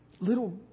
Little